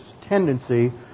tendency